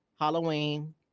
Halloween